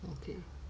okay